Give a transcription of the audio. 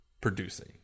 producing